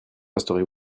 resterez